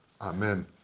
Amen